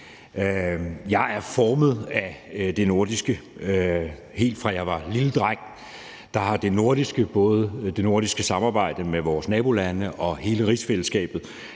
Jeg er formet af det nordiske. Helt fra jeg var en lille dreng, har det nordiske, både det nordiske samarbejde med vores nabolande og hele rigsfællesskabet,